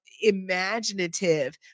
imaginative